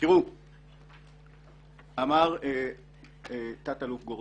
אמר תת-אלוף גורדין,